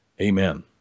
Amen